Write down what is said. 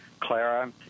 Clara